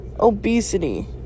Obesity